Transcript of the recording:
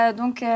donc